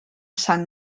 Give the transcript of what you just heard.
sant